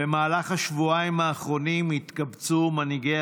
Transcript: במהלך השבועיים האחרונים התקבצו מנהיגי